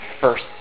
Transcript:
first